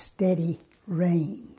steady rain